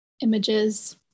images